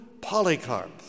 Polycarp